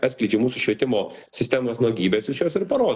atskleidžia mūsų švietimo sistemos nuogybes iš jos ir paro